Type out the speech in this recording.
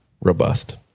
robust